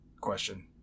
question